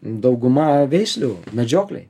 dauguma veislių medžioklei